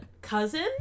cousin